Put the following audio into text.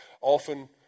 Often